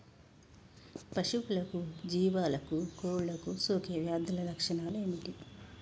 పశువులకు జీవాలకు కోళ్ళకు సోకే వ్యాధుల లక్షణాలు ఏమిటి?